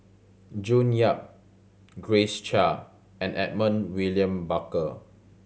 June Yap Grace Chia and Edmund William Barker